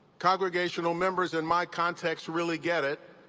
congregational members in my context really get it,